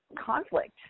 conflict